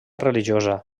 religiosa